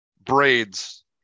braids